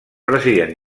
president